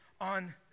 on